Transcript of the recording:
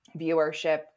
viewership